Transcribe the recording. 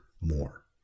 more